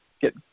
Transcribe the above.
get